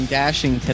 dashing